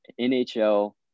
NHL